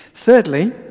Thirdly